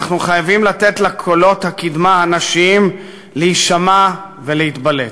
אנחנו חייבים לתת לקולות הקדמה הנשיים להישמע ולהתבלט.